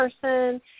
person